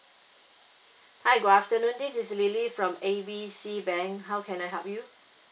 hi good afternoon this is lily from A B C bank how can I help you